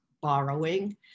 borrowing